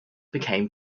become